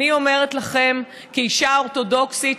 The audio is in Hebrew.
כאישה אורתודוקסית,